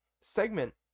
Segment